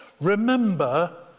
Remember